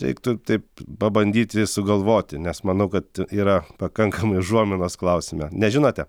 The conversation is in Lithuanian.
reiktų taip pabandyti sugalvoti nes manau kad yra pakankamai užuominos klausime nežinote